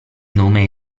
nome